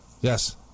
Yes